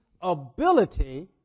ability